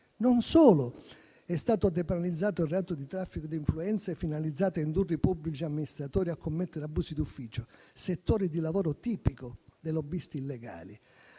Non solo è stato depenalizzato il reato di traffico di influenze finalizzato a indurre i pubblici amministratori a commettere abusi d'ufficio, settore di lavoro tipico dei lobbisti illegali,